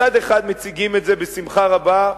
מצד אחד מציגים את זה בשמחה רבה,